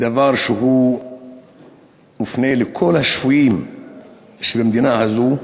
בדבר שמופנה לכל השפויים שבמדינה הזו,